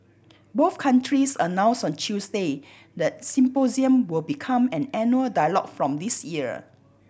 both countries announced on Tuesday that the symposium will become an annual dialogue from this year